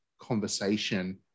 conversation